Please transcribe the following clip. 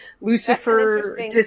Lucifer